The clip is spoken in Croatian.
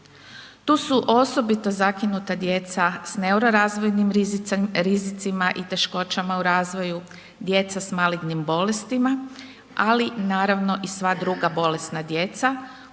Tu su osobito zakinuta djeca s neurorazvojnim rizicima i teškoćama u razvoju, djeca s malignim bolestima, ali naravno i sva druga bolesna djeca